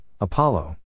Apollo